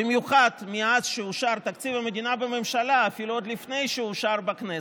במיוחד מאז שאושר תקציב המדינה בממשלה ואפילו עוד לפני שהוא אושר בכנסת,